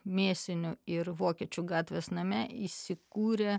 mėsinių ir vokiečių gatvės name įsikūrė